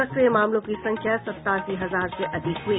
सक्रिय मामलों की संख्या सतासी हजार से अधिक हई